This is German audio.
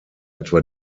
etwa